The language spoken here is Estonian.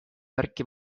märki